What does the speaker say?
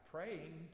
Praying